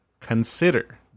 consider